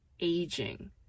aging